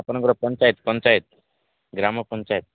ଆପଣଙ୍କର ପଞ୍ଚାୟତ ପଞ୍ଚାୟତ ଗ୍ରାମ ପଞ୍ଚାୟତ